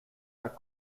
are